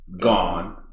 gone